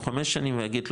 או חמש שנים ויגיד,